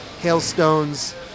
hailstones